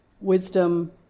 Wisdom